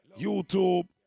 YouTube